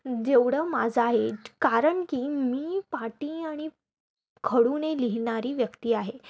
जेवढं माझं आहे कारण की मी पाटी आणि खडूने लिहिणारी व्यक्ती आहे